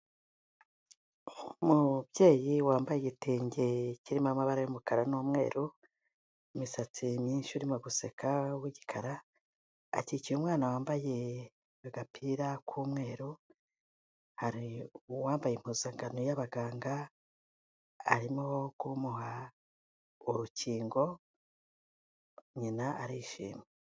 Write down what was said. Umubyeyi wambaye igitenge kirimo amabara y'umukara n'umweru, imisatsi myinshi urimo guseka w'igikara akikiye umwana wambaye agapira k'umweru, hari uwambaye impuzankano y'abaganga arimo kumuha urukingo nyina arishima.